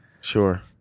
Sure